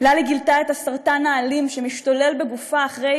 ללי גילתה את הסרטן האלים שמשתולל בגופה אחרי